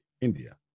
india